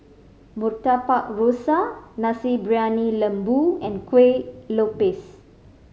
Murtabak Rusa Nasi Briyani Lembu and Kueh Lopes